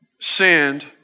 sinned